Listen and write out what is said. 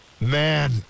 Man